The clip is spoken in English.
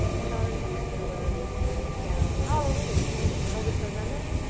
and on an exhale, we release the knees down. hallelujah, we made it. curl the toes under.